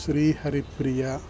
Shriharipriya